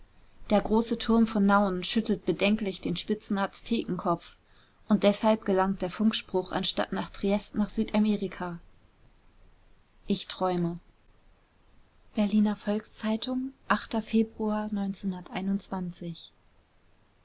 der große turm von nauen schüttelt bedenklich den spitzen aztekenkopf und deshalb gelangt der funkspruch anstatt nach triest nach südamerika ich träume berliner volks-zeitung februar